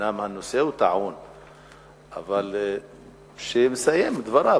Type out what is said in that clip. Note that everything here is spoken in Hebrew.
אומנם הנושא טעון אבל כשהוא יסיים את דבריו,